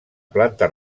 planta